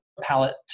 palette